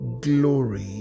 glory